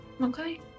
okay